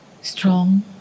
Strong